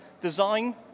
design